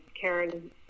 Karen